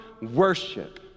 worship